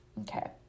Okay